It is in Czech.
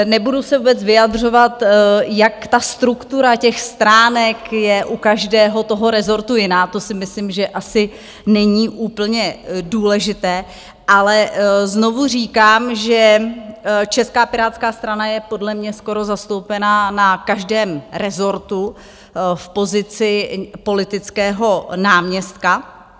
Nebudu se vyjadřovat, jak ta struktura těch stránek je u každého toho resortu jiná, to si myslím, že asi není úplně důležité, ale znovu říkám, že Česká pirátská strana je, podle mne, skoro zastoupena na každém resortu v pozici politického náměstka.